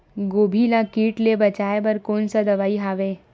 गोभी ल कीट ले बचाय बर कोन सा दवाई हवे?